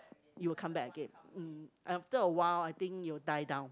it will come back again mm after a while I think it will die down